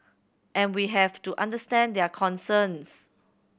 and we have to understand their concerns